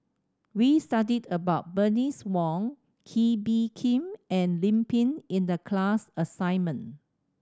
we studied about Bernice Wong Kee Bee Khim and Lim Pin in the class assignment